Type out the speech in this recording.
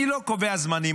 אני לא קובע זמנים.